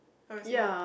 oh it's not